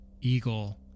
eagle